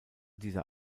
dieser